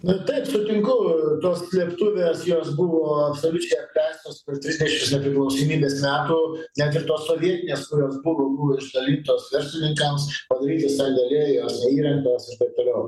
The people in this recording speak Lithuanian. na taip sutinku tos slėptuvės jos buvo absoliučiai apleistos per trisdešim nepriklausomybės metų net ir tos sovietinės kurios buvo buvo išdalintos verslininkams padaryti sandėliai jos neįrengtos ir taip toliau